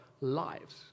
lives